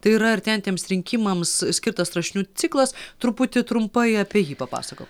tai yra artėjantiems rinkimams skirtas rašinių ciklas truputį trumpai apie jį papasako